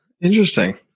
Interesting